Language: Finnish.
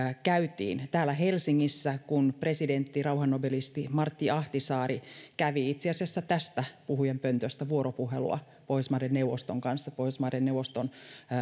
käytiin täällä helsingissä kun presidentti rauhannobelisti martti ahtisaari kävi itse asiassa tästä puhujanpöntöstä vuoropuhelua pohjoismaiden neuvoston kanssa pohjoismaiden neuvoston